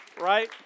right